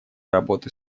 работы